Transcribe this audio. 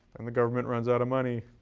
and the government runs out of money,